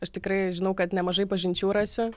aš tikrai žinau kad nemažai pažinčių rasiu